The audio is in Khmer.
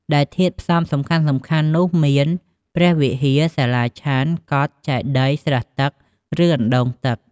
ដែលធាតុផ្សំសំខាន់ៗនោះមាន ព្រះវិហារ សាលាឆាន់ កុដិ ចេតិយ ស្រះទឹក ឬអណ្ដូងទឹក ។